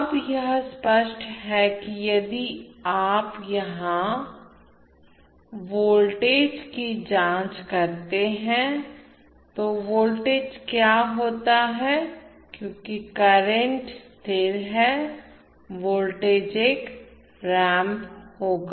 अब यह स्पष्ट है कि यदि आप यहां वोल्टेज की जांच करते हैं तो वोल्टेज का क्या होता है क्योंकि करंट स्थिर है वोल्टेज एक रैंप होगा